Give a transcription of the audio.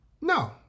No